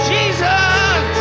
Jesus